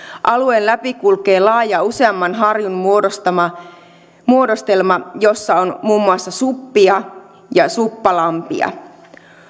alueen läpi kulkee laaja useamman harjun muodostelma muodostelma jossa on muun muassa suppia ja suppalampia